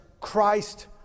Christ